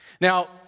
Now